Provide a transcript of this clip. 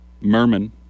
Merman